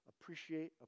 Appreciate